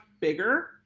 bigger